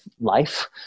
life